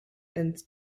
and